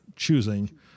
choosing